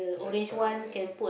just tie